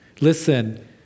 Listen